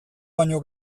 baino